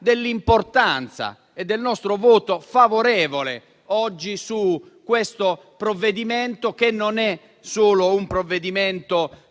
l'importanza del nostro voto favorevole oggi su questo provvedimento, che non è solo un provvedimento